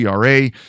CRA